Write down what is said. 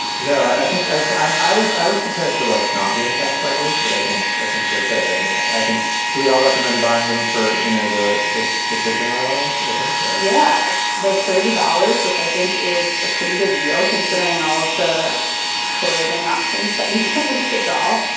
no i think i was i was prepared to like not be impressed by this but i think i think they're great. i think i think do we all recommend buying them for you know the the the kids in our lives i think so. yeah it's there thirty dollars which i think is a pretty good deal considering all of the clothing options that you get with the doll.